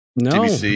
No